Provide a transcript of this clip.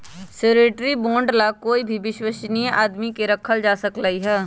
surety bond ला कोई भी विश्वस्नीय आदमी के रखल जा सकलई ह